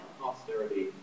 posterity